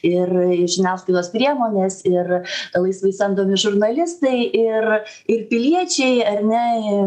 ir žiniasklaidos priemonės ir laisvai samdomi žurnalistai ir ir piliečiai ar ne